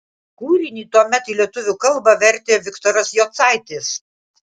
kūrinį tuomet į lietuvių kalbą vertė viktoras jocaitis